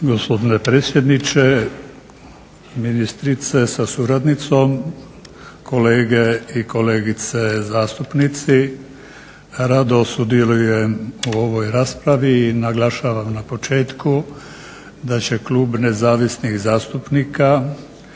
Gospodine predsjedniče, ministrice sa suradnicom, kolege i kolegice zastupnici. Rado sudjelujem u ovoj raspravi i naglašavam na početku da će Klub nezavisnih zastupnika